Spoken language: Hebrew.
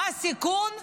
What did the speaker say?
מה הסיכון?